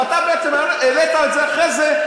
ואתה בעצם העלית את זה אחרי זה.